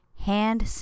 Hand